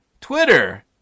Twitter